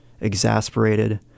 exasperated